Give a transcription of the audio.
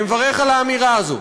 אני מברך על האמירה הזאת.